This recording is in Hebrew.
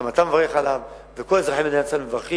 גם אתה מברך עליו וכל אזרחי מדינת ישראל מברכים.